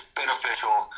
beneficial